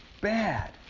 bad